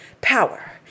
power